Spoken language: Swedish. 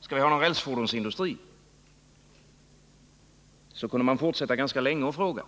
Skall vi ha någon rälsfordonsindustri? Så kunde man fortsätta ganska länge att fråga.